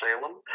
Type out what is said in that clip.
Salem